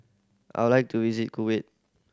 I would like to visit Kuwait